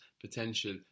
potential